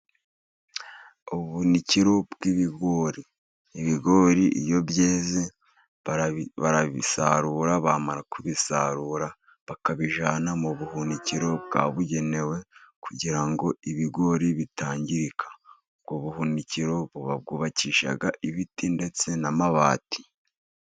Ubuhunikiro bw'ibigori, ibigori iyo byeze barabisarura, bamara kubisarura bakabijyana mu buhunikiro bwabugenewe, kugira ngo ibigori bitangirika, ubwo buhunikiro ba bwubakisha ibiti ndetse n'amabati.